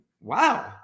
wow